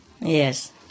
Yes